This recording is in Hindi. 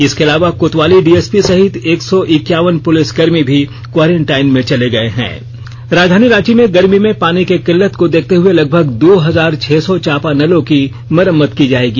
इसके अलावे कोतवाली डीएसपी सहित एक सौ इक्यावन पुलिस कर्मी भी क्वारेन्टाइन में चले गए हैं राजधानी रांची में गर्मी में पानी की किल्लत को देखते हुए लगभग छब्बीस सौ चापानलों की मरम्मत की जाएगी